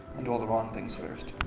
and do all the wrong things first.